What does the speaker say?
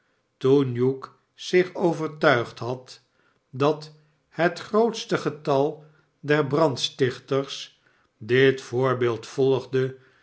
toen hugh zich overtuigd had dat het grootste getal der brandstichters dit voorbeeld volgde